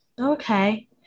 Okay